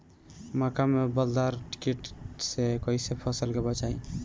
मक्का में बालदार कीट से कईसे फसल के बचाई?